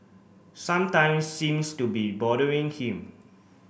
sometime seems to be bothering him